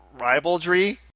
Rivalry